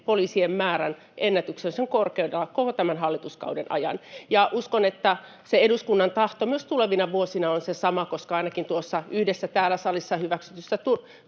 poliisien määrän ennätyksellisen korkealla koko tämän hallituskauden ajan. Ja uskon, että eduskunnan tahto myös tulevina vuosina on se sama, koska ainakin tuossa yhdessä täällä salissa hyväksytyssä